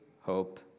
hope